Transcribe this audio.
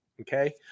okay